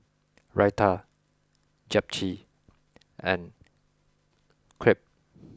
Raita Japchae and Crepe